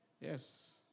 Yes